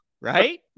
Right